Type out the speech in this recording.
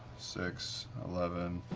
six, eleven,